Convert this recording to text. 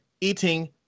eating